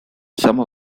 some